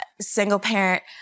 single-parent